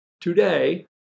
today